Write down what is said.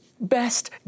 best